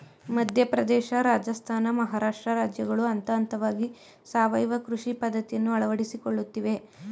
ಮಧ್ಯಪ್ರದೇಶ, ರಾಜಸ್ಥಾನ, ಮಹಾರಾಷ್ಟ್ರ ರಾಜ್ಯಗಳು ಹಂತಹಂತವಾಗಿ ಸಾವಯವ ಕೃಷಿ ಪದ್ಧತಿಯನ್ನು ಅಳವಡಿಸಿಕೊಳ್ಳುತ್ತಿವೆ